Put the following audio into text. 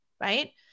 right